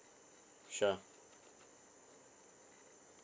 sure